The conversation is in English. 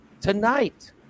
tonight